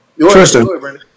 Tristan